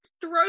throw